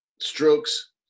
strokes